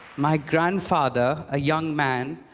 my grandfather, a young man,